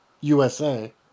USA